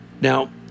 Now